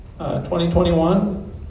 2021